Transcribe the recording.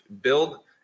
build